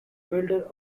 builder